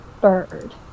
bird